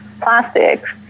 plastics